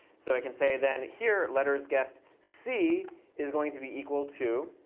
so i can say then here lettersguessed c is going to be equal to